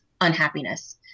unhappiness